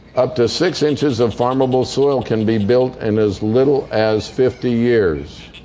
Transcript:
up to six inches of farmable soil can be built in as little as fifty years.